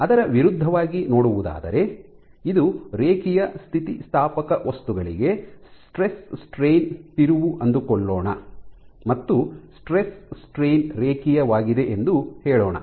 ಅದರ ವಿರುದ್ಧವಾಗಿ ನೋಡುವುದಾದರೆ ಇದು ರೇಖೀಯ ಸ್ಥಿತಿಸ್ಥಾಪಕ ವಸ್ತುಗಳಿಗೆ ಸ್ಟ್ರೆಸ್ ಸ್ಟ್ರೈನ್ ತಿರುವು ಅಂದುಕೊಳ್ಳೋಣ ಮತ್ತು ಸ್ಟ್ರೆಸ್ ಸ್ಟ್ರೈನ್ ರೇಖೀಯವಾಗಿದೆ ಎಂದು ಹೇಳೋಣ